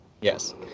Yes